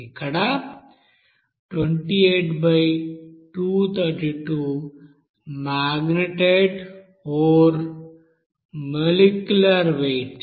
ఇక్కడ 28232 magnetite ore molecular wait